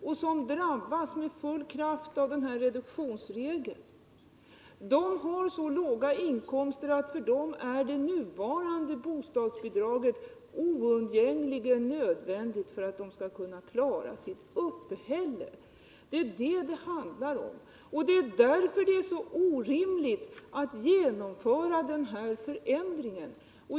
och som med full kraft skulle drabbas av denna reduktionsregel har så låga inkomster att de nuvarande bostadsbidragen är oundgängligen nödvändiga för att de skall kunna klara sitt uppehälle. Det är det som det handlar om. Och det är därför det är så orimligt att genomföra denna förändring.